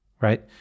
right